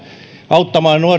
auttamaan